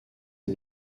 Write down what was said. est